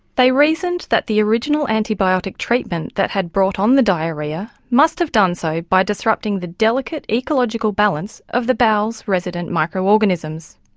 they reasoned that the original antibiotic treatment that had brought on the diarrhoea must have done so by disrupting the delicate ecological balance of the bowels' resident micro-organisms.